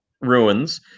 ruins